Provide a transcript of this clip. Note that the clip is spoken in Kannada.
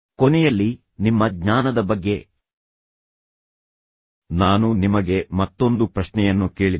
ಕೊನೆಯಲ್ಲಿ ನಿಮ್ಮ ಜ್ಞಾನದ ಬಗ್ಗೆ ನಾನು ನಿಮಗೆ ಮತ್ತೊಂದು ಪ್ರಶ್ನೆಯನ್ನು ಕೇಳಿದೆ